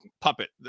puppet